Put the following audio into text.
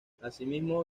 asimismo